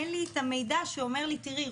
אין לי את המידע שאומר לי: תראי,